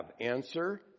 Answer